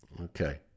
Okay